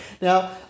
Now